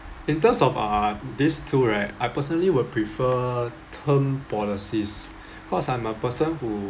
in terms of uh these two right I personally would prefer term policies because I'm a person who